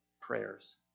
prayers